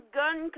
gun